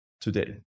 today